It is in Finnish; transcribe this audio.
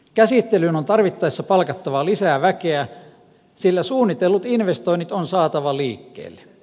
käsittelyyn on tarvittaessa palkattava lisää väkeä sillä suunnitellut investoinnit on saatava liikkeelle